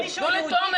כתוב יירשם.